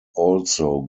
also